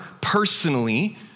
personally